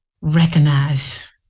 Recognize